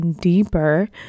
deeper